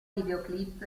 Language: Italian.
videoclip